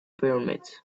pyramids